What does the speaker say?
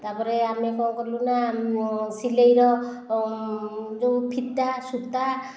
ତାପରେ ଆମେ କ'ଣ କଲୁ ନା ସିଲେଇର ଯେଉଁ ଫିତା ସୁତା